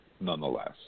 nonetheless